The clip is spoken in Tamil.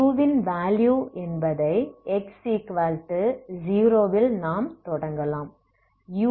u வின் வேலுயு என்பதை x0 வில் நாம் தொடங்கலாம்